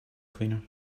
cleaner